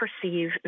perceive